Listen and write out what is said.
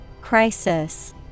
Crisis